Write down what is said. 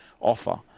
offer